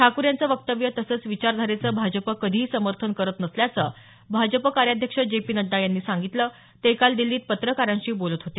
ठाकूर यांचं वक्तव्य तसंच विचारधारेचं भाजप कधीही समर्थन करत नसल्याचं भाजप कार्याध्यक्ष जे पी नड्डा यांनी सांगितलं ते काल दिल्लीत पत्रकारांशी बोलत होते